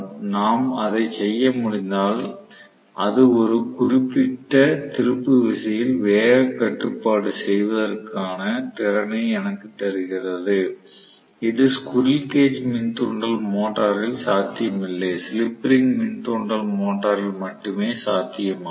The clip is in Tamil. நாம் அதைச் செய்ய முடிந்தால் அது ஒரு குறிப்பிட்ட திருப்பு விசையில் வேக கட்டுப்பாடு செய்வதற்கான திறனை எனக்குத் தருகிறது இது ஸ்குரில் கேஜ் மின் தூண்டல் மோட்டாரில் சாத்தியமில்லை ஸ்லிப் ரிங் மின் தூண்டல் மோட்டரில் மட்டுமே சாத்தியமாகும்